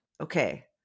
Okay